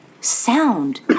sound